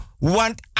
Want